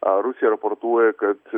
a rusija raportuoja kad